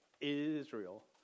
Israel